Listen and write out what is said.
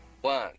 One